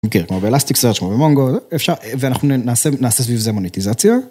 ‫בElastic search, במונגו, אפשר... ‫ואנחנו נעשה סביב זה מוניטיזציה.